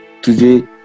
today